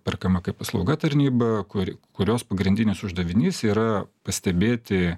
perkama kaip paslauga tarnyba kur kurios pagrindinis uždavinys yra pastebėti